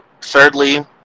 thirdly